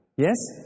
Yes